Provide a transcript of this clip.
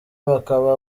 bakaba